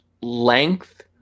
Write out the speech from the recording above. length